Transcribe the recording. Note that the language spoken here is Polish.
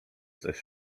coś